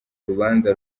urubanza